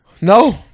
No